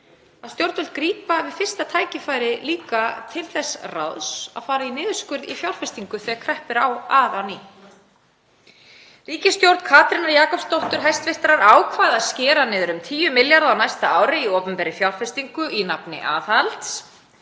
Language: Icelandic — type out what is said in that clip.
að stjórnvöld grípa við fyrsta tækifæri til þess ráðs að skera niður í fjárfestingu þegar kreppir að á ný? Ríkisstjórn Katrínar Jakobsdóttur ákvað að skera niður um 10 milljarða kr. á næsta ári í opinberri fjárfestingu í nafni aðhalds.